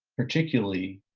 particularly